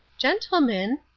gentlemen,